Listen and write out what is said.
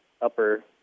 upper